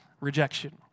rejection